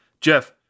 Jeff